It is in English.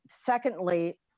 secondly